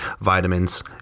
vitamins